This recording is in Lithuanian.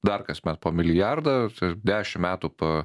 dar kasmet po milijardą dešim metų p